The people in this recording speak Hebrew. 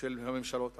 של הממשלות הקודמות,